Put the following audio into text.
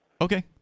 Okay